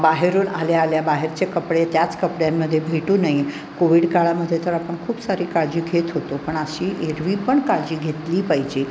बाहेरून आल्या आल्या बाहेरचे कपडे त्याच कपड्यांमध्ये भेटू नाही कोविड काळामध्ये तर आपण खूप सारी काळजी घेत होतो पण अशी एरवी पण काळजी घेतली पाहिजे